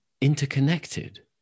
interconnected